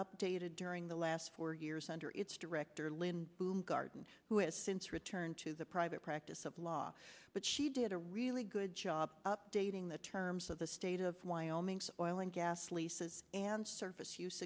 updated during the last four years under its director lynne bloomgarden who has since returned to the private practice of law but she did a really good job updating the terms of the state of wyoming oil and gas leases and surface use